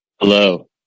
Hello